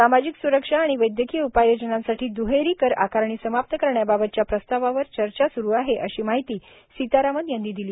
सामाजिक सुरक्षा आणि वैद्यकीय उपाययोजनांसाठी दुहेरी कर आकारणी समाप्त करण्याबाबतच्या प्रस्तावावर चर्चा सुरु आहे अशी माहिती सीतारामन यांनी दिली